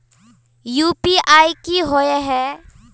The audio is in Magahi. यु.पी.आई की होय है?